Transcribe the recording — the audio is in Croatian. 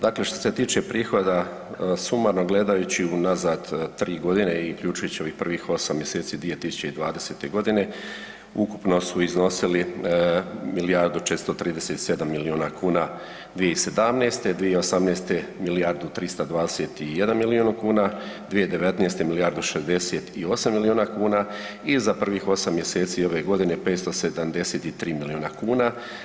Dakle, što se tiče prihoda sumarno gledajući unazad 3.g. i uključujući ovih prvih 8 mjeseci 2020.g. ukupno su iznosili milijardu 437 milijuna kuna 2017., 2018. milijardu 321 milijun kuna, 2019. milijardu 68 milijuna kuna i za prvih 8 mjeseci ove godine 573 milijuna kuna.